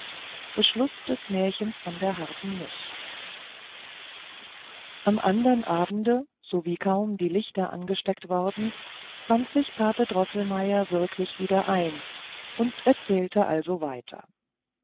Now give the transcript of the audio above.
beschluß des märchens von der harten nuß am andern abende sowie kaum die lichter angesteckt worden fand sich pate droßelmeier wirklich wieder ein und erzählte also weiter